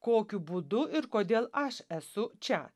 kokiu būdu ir kodėl aš esu čia